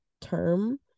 term